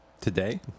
Today